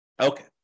Okay